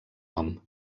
nom